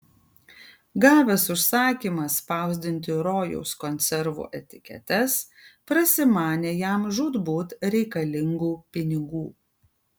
gavęs užsakymą spausdinti rojaus konservų etiketes prasimanė jam žūtbūt reikalingų pinigų